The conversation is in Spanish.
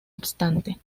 obstante